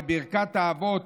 בברכת האבות,